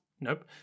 Nope